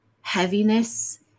heaviness